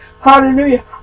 hallelujah